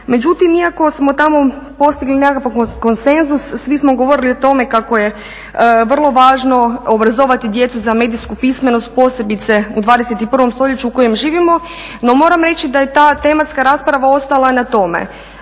Međutim, iako smo tamo postigli nekakav konsenzus svi smo govorili o tome kako je vrlo važno obrazovati djecu za medijsku pismenost posebice u 21. stoljeću u kojem živimo. No moram reći da je ta tematska rasprava ostala na tome.